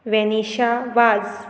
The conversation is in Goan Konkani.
वॅनीशा वाझ